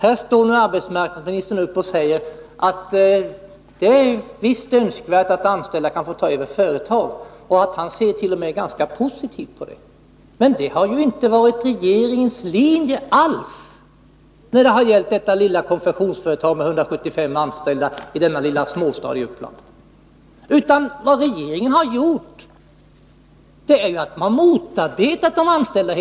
Här säger arbetsmarknadsministern att det visst är önskvärt att anställda kan ta över företag och att han ser ganska positivt på det. Men detta har inte alls varit regeringens linje när det gällt detta lilla konfektionsföretag med 175 anställda i den lilla småstaden i Uppland. Regeringen har i stället från början motarbetat de anställda.